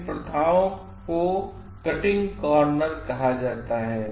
इन प्रथाओं को कटिंगकॉर्नरकहा जाता है